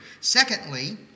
Secondly